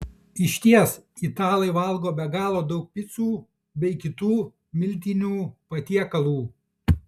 išties italai valgo be galo daug picų bei kitų miltinių patiekalų